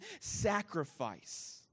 sacrifice